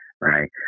Right